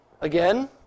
Again